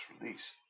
release